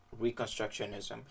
reconstructionism